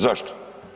Zašto?